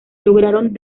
lograron